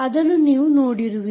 ಅದನ್ನು ನೀವು ನೋಡಿರುವಿರಿ